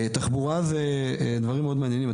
תחבורה, זה דברים מאוד מעניינים.